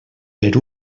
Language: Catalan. per